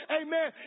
amen